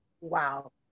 wow